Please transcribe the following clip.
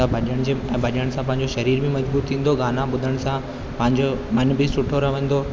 त भॼण जे भॼन सां पंहिंजो शरीर बि मजबूत थींदो गाना ॿुधण सां पंहिंजो मन बि सुठो रहंदो